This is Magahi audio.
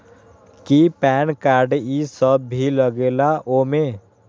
कि पैन कार्ड इ सब भी लगेगा वो में?